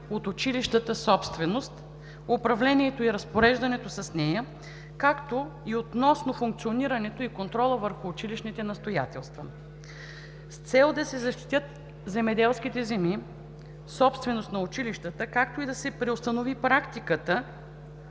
от училищата собственост, управлението и разпореждането с нея, както и относно функционирането и контрола върху училищните настоятелства. С цел да се защитят земеделските земи – собственост на училищата, както и да се преустанови практиката